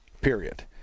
Period